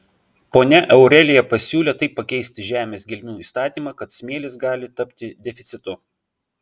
ponia aurelija pasiūlė taip pakeisti žemės gelmių įstatymą kad smėlis gali tapti deficitu